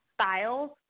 styles